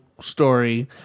story